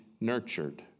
nurtured